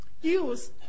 use